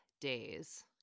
days